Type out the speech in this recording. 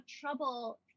trouble